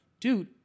dude